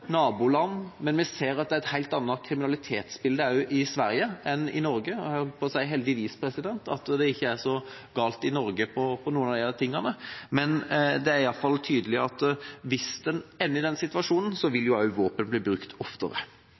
naboland, men vi ser at det er et helt annet kriminalitetsbilde i Sverige enn i Norge – jeg holdt på å si heldigvis at det ikke er så galt i Norge når det gjelder dette – men det er i hvert fall tydelig at hvis en ender i den situasjonen, vil også våpen bli brukt oftere.